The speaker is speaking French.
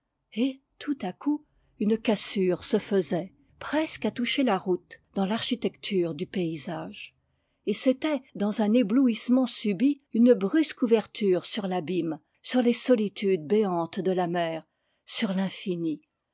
et tout à coup une cassure se faisait presque à toucher la route dans l'architecture du paysage et c'était dans un éblouissement subit une brusque ouverture sur l'abîme sur les solitudes béantes de la mer sur